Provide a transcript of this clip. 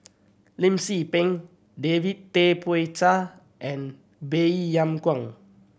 Lim Tze Peng David Tay Poey Cher and Baey Yam Keng